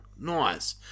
Nice